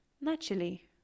naturally